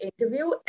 interview